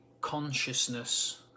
consciousness